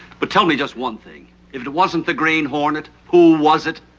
but tell me just one thing. if it wasn't the green hornet, who was it?